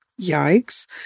Yikes